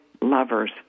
lovers